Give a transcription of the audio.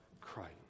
Christ